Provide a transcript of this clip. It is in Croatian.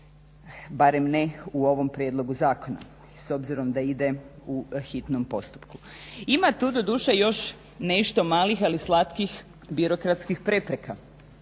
barem ne u ovom prijedlogu zakona s obzirom da ide u hitnom postupku. Ima tu doduše još nešto malih ali slatkih birokratskih prepreka